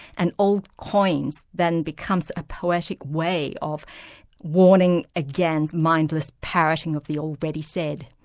and old coins then becomes a poetic way of warning against mindless parroting of the already said.